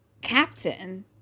captain